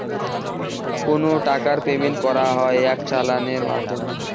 কোনো টাকার পেমেন্ট করা হয় এক চালানের মাধ্যমে